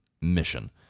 mission